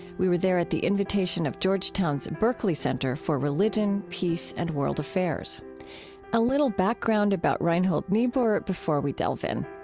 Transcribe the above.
we were there at the invitation of georgetown's berkley center for religion, peace, and world affairs a little background about reinhold niebuhr before we delve in.